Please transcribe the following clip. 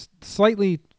slightly